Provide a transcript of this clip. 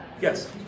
Yes